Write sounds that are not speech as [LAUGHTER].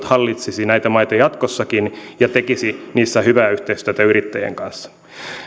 [UNINTELLIGIBLE] hallitsisi näitä maita jatkossakin ja tekisi niissä hyvää yhteistyötä yrittäjien kanssa